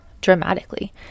dramatically